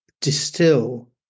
distill